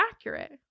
accurate